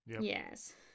Yes